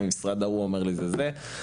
והמשרד ההוא אומר לי: "זה המשרד הזה".